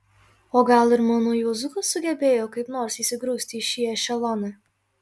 o gal ir mano juozukas sugebėjo kaip nors įsigrūsti į šį ešeloną